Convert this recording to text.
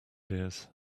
dears